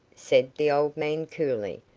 said the old man, coolly.